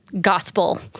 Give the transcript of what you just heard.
gospel